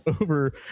over